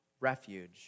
refuge